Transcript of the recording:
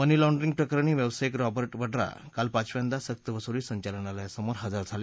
मनी laundering प्रकरणी व्यावसायिक Robert Vadra काल पाचव्यांदा सक्तवसुली संचालनालयासमोर हजर झाले